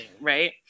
right